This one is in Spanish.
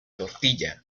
tortilla